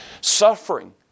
suffering